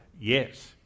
yes